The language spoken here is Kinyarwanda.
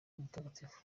mutagatifu